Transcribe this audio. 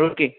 আৰু কি